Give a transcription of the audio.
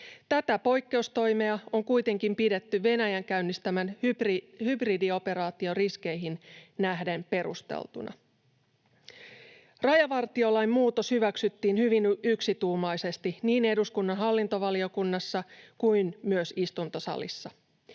Tätä poikkeustoimea on kuitenkin pidetty Venäjän käynnistämän hybridioperaation riskeihin nähden perusteltuna. Rajavartiolain muutos hyväksyttiin hyvin yksituumaisesti niin eduskunnan hallintovaliokunnassa kuin myös istuntosalissa.